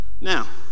Now